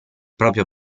proprio